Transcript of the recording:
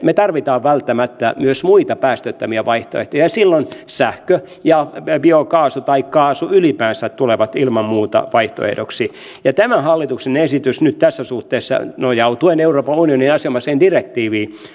me tarvitsemme välttämättä myös muita päästöttömiä vaihtoehtoja ja silloin sähkö ja biokaasu tai kaasu ylipäänsä tulevat ilman muuta vaihtoehdoiksi ja tämä hallituksen esitys nyt tässä suhteessa nojautuen euroopan unionin asianomaiseen direktiiviin